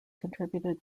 contributed